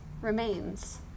remains